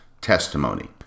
testimony